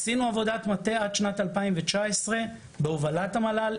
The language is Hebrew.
עשינו עבודת מטה עד שנת 2019 בהובלת המל"ל.